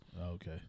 Okay